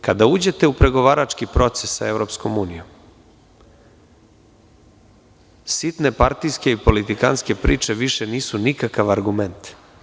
Kada uđete u pregovarački proces sa EU, sitne partijske i politikantske priče više nisu nikakav argument.